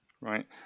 Right